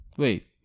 Wait